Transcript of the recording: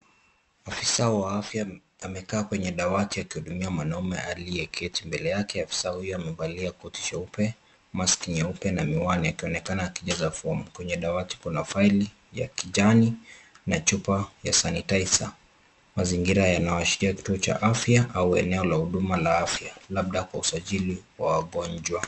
Ofisa wa afya amekaa kwenye dawati akihudumia mwanaume aliyeketi mbele yake. Afisa huyo amevalia koti cheupe, mask nyeupe na miwani akionekana akijaza fomu. Kwenye dawati kuna faili ya kijani na chupa ya sanitizer . Mazingira yanaashiria kituo cha afya au eneo la huduma la afya labda kwa usajili wa wagonjwa.